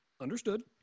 Understood